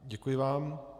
Děkuji vám.